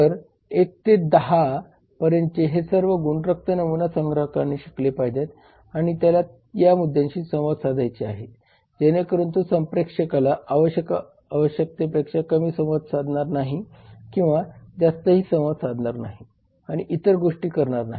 तर 1 ते 10 पर्यंतचे हे सर्व गुण रक्त नमुना संग्राहकाने शिकले पाहिजेत आणि त्याला या मुद्द्यांशी संवाद साधायचा आहे जेणेकरून तो संप्रेषकाला आवश्यक आवश्यकतेपेक्षा कमी संवाद साधणार नाही किंवा जास्त संवाद साधणार नाही आणि इतर गोष्टी करणार नाही